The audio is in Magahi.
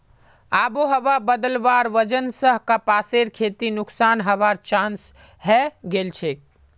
आबोहवा बदलवार वजह स कपासेर खेती नुकसान हबार चांस हैं गेलछेक